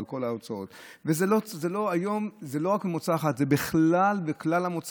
זה יכול לעשות שבר אמיתי ומשבר אמיתי בהתפרצות של עליית מחירים.